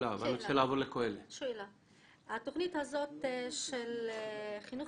התוכנית הזאת של חינוך